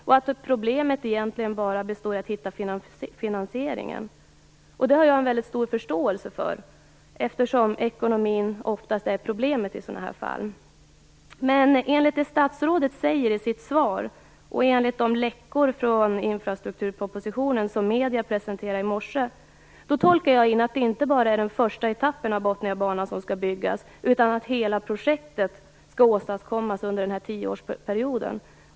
Problemet består egentligen bara av att hitta finansieringen. Det har jag mycket stor förståelse för, eftersom ekonomin oftast är problemet i sådana här fall. Men i det statsrådet säger i sitt svar och med anledning av de läckor från infrastrukturpropositionen som medierna presenterade i morse tolkar jag in att det inte bara är den första etappen av Botniabanan som skall byggas, utan att hela projektet skall åstadkommas under den här tioårsperioden.